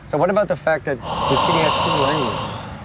so what about the fact that the city has two languages?